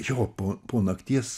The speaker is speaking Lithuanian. jo po po nakties